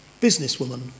businesswoman